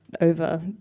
over